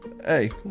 Hey